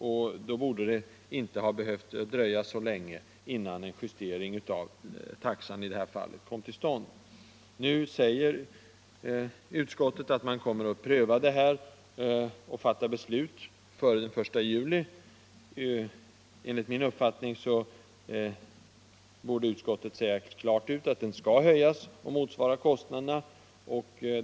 Då borde man inte ha dröjt så länge med en justering av taxan. Nu säger utskottet att man kommer att pröva denna taxa och fatta beslut före den 1 juli. Enligt min uppfattning borde utskottet säga klart ut att den skall höjas och motsvara kostnaderna.